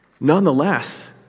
Nonetheless